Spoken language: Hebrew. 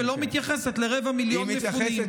ולא מתייחסת לרבע מיליון מפונים.